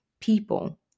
people